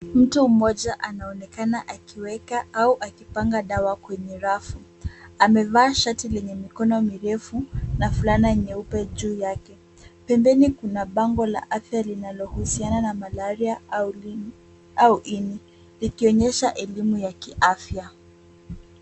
Mtu mmoja anaonekana akiweka au akipanga dawa kwenye rafu. Amevaa shati lenye mikono mirefu na fulana nyeupe juu yake. Pembeni kuna bango la afya linalohusiana na malaria au ini, likionyesha elimu ya kiafya.